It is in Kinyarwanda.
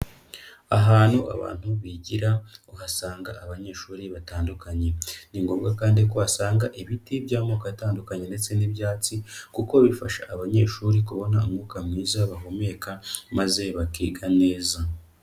Ahantu abantu bigira, uhasanga abanyeshuri batandukanye. Ni ngombwa kandi ko uhasanga ibiti by'amoko atandukanye ndetse n'ibyatsi kuko bifasha abanyeshuri kubona umwuka mwiza bahumeka maze bakiga neza.